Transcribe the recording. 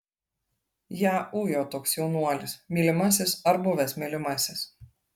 ją ujo toks jaunuolis mylimasis ar buvęs mylimasis